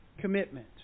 Commitment